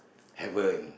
heaven